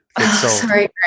Sorry